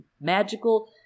Magical